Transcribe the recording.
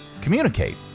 communicate